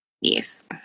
Yes